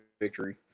victory